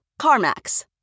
CarMax